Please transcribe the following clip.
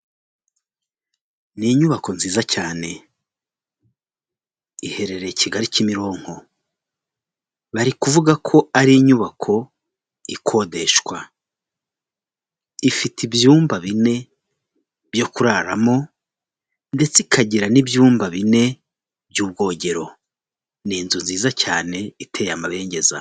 Ni inyubako nziza cyane iherereye Kigali Kimironko bari kuvuga ko ari inyubako ikodeshwa, ifite ibyumba bine byo kuraramo ndetse ikagira n'ibyumba bine by'ubwogero. Ni inzu nziza cyane iteye amabengeza.